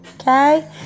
okay